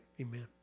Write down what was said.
Amen